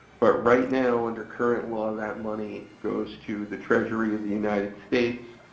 but right now under current law that money goes to the treasury of the united states,